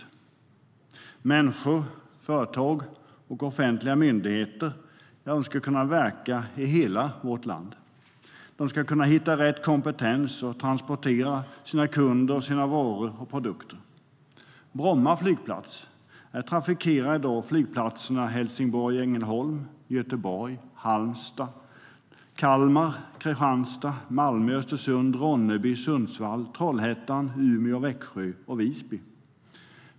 Människor, företag och offentliga myndigheter ska kunna verka i hela vårt land. De ska kunna hitta rätt kompetens och transportera sina kunder, varor och produkter. Bromma flygplats trafikerar i dag flygplatserna Helsingborg/Ängelholm, Göteborg, Halmstad, Kalmar, Kristianstad, Malmö, Östersund, Ronneby, Sundsvall, Trollhättan, Umeå, Växjö och Visby.